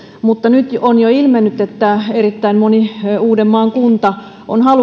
nyt on jo ilmennyt että erittäin moni uudenmaan kunta on halukas